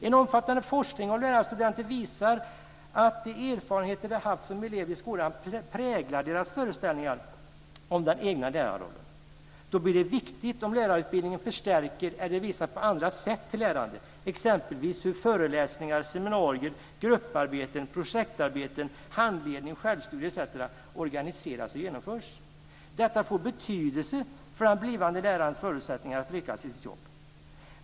En omfattande forskning om lärarstudenter visar att de erfarenheter de haft som elever i skolan präglar deras föreställningar om den egna lärarrollen. Då blir det viktigt om lärarutbildningen förstärker detta eller visar på andra sätt för lärande, exempelvis hur föreläsningar, seminarier, grupparbeten, projektarbeten, handledning, självstudier etc. organiseras och genomförs. Detta får betydelse för den blivande lärarens förutsättningar att lyckas i sitt jobb.